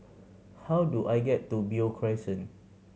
how do I get to Beo Crescent